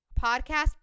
podcast